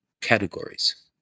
categories